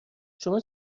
شما